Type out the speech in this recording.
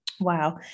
Wow